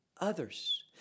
others